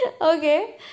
Okay